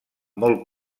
molt